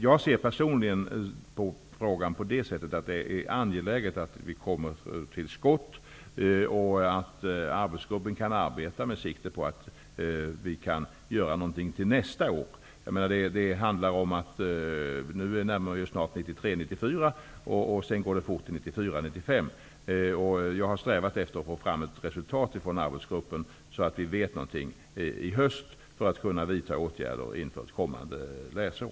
Jag ser det personligen på det sättet att det är angeläget att vi kommer till skott och att arbetsgruppen arbetar med sikte på att vi skall kunna göra någonting till nästa år. Nu närmar vi oss budgetåret 1993 95. Jag har strävat efter att få fram ett resultat från arbetsgruppen så att vi vet någonting i höst, så att man kan vidta åtgärder inför ett kommande läsår.